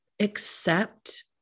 accept